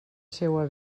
seua